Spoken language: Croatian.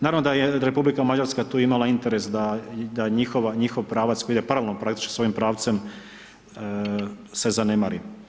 Naravno da je Republika Mađarska tu imala interes da njihov pravac koji ide paralelno praktički svojim pravcem se zanemari.